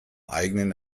eigenen